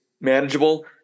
manageable